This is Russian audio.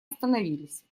остановились